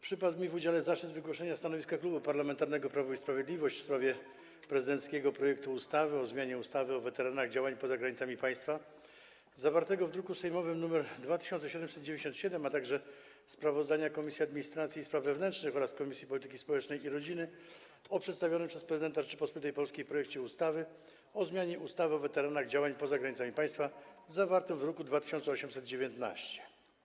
Przypadł mi w udziale zaszczyt przedstawienia stanowiska Klubu Parlamentarnego Prawo i Sprawiedliwość w sprawie prezydenckiego projektu ustawy o zmianie ustawy o weteranach działań poza granicami państwa, zawartego w druku sejmowym nr 2797, a także sprawozdania Komisji Administracji i Spraw Wewnętrznych oraz Komisji Polityki Społecznej i Rodziny o przedstawionym przez prezydenta Rzeczypospolitej Polskiej projekcie ustawy o zmianie ustawy o weteranach działań poza granicami państwa, zawartego w druku nr 2819.